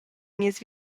nies